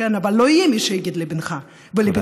אבל לא יהיה מי שיגיד לבנך ולבתך.